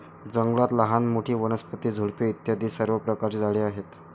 जंगलात लहान मोठी, वनस्पती, झुडपे इत्यादी सर्व प्रकारची झाडे आहेत